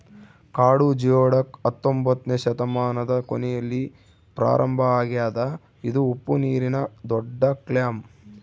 ಕಾಡು ಜಿಯೊಡಕ್ ಹತ್ತೊಂಬೊತ್ನೆ ಶತಮಾನದ ಕೊನೆಯಲ್ಲಿ ಪ್ರಾರಂಭ ಆಗ್ಯದ ಇದು ಉಪ್ಪುನೀರಿನ ದೊಡ್ಡಕ್ಲ್ಯಾಮ್